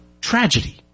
Tragedy